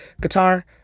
guitar